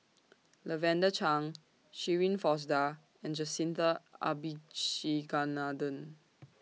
Lavender Chang Shirin Fozdar and Jacintha Abisheganaden